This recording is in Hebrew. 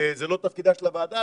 זה לא תפקידה של הוועדה,